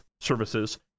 services